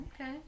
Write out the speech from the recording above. Okay